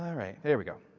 right. there we go.